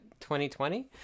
2020